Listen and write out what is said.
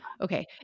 okay